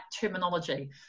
terminology